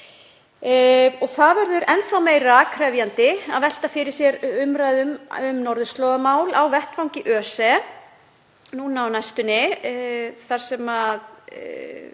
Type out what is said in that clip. Það verður enn meira krefjandi að velta fyrir sér umræðum um norðurslóðamál á vettvangi ÖSE